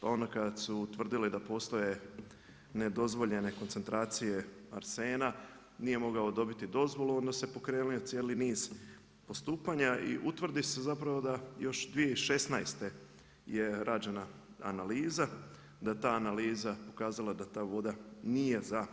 Pa onda kada su tvrdili da postoje nedozvoljene koncentracije arsena nije mogao dobiti dozvolu onda se pokrenuo cijeli niz postupanja i utvrdi se da još 2016. je rađena analiza, da ta analiza je pokazala da ta voda nije za